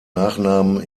nachnamen